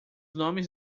nomes